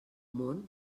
món